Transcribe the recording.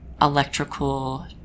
electrical